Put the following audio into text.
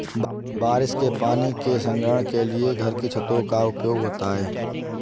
बारिश के पानी के संग्रहण के लिए घर की छतों का उपयोग होता है